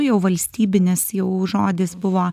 jau valstybinis jau žodis buvo